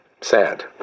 Sad